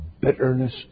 Bitterness